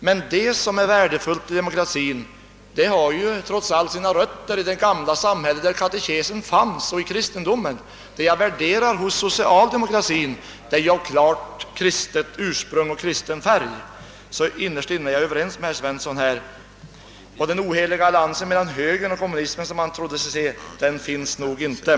Men det som är värdefullt i demokratin har trots allt sina rötter i det gamla samhället där kristendomen och katekesen fanns. Det jag värderar hos socialdemokratin är det som är av klart kristet ursprung och av kristen färg. Innerst inne är jag alltså överens med herr Svensson i Kungälv. Den oheliga allians som han har trott sig se mellan högern och kommunismen finns nog inte.